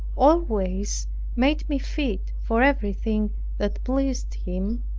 always made me fit for everything that pleased him,